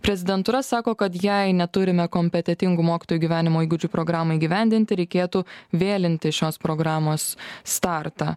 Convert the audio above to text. prezidentūra sako kad jei neturime kompetentingų mokytojų gyvenimo įgūdžių programai įgyvendinti reikėtų vėlinti šios programos startą